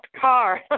car